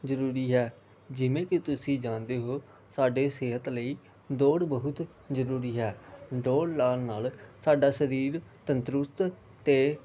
ਜ਼ਰੂਰੀ ਹੈ ਜਿਵੇਂ ਕਿ ਤੁਸੀਂ ਜਾਣਦੇ ਹੋ ਸਾਡੇ ਸਿਹਤ ਲਈ ਦੌੜ ਬਹੁਤ ਜ਼ਰੂਰੀ ਹੈ ਦੌੜ ਲਗਾਉਣ ਨਾਲ ਸਾਡਾ ਸਰੀਰ ਤੰਦਰੁਸਤ ਅਤੇ